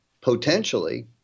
potentially